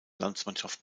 landsmannschaft